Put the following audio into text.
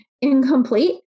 incomplete